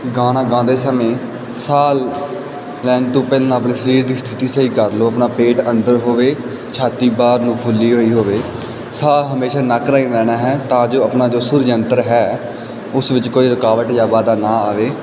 ਗਾਣਾ ਗਾਉਂਦੇ ਸਮੇਂ ਸਾਹ ਲੈਣ ਤੋਂ ਪਹਿਲਾਂ ਆਪਣੇ ਸਰੀਰ ਦੀ ਸਥਿਤੀ ਸਹੀ ਕਰ ਲਓ ਆਪਣਾ ਪੇਟ ਅੰਦਰ ਹੋਵੇ ਛਾਤੀ ਬਾਹਰ ਨੂੰ ਫੁੱਲੀ ਹੋਈ ਹੋਵੇ ਸਾਹ ਹਮੇਸ਼ਾ ਨੱਕ ਰਾਹੀਂ ਲੈਣਾ ਹੈ ਤਾਂ ਜੋ ਆਪਣਾ ਜੋ ਸੁਰਯੰਤਰ ਹੈ ਉਸ ਵਿੱਚ ਕੋਈ ਰੁਕਾਵਟ ਜਾਂ ਵਾਧਾ ਨਾ ਆਵੇ